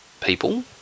people